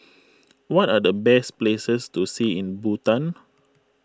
what are the best places to see in Bhutan